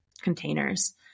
containers